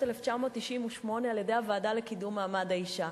1998 על-ידי הוועדה לקידום מעמד האשה.